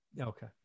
okay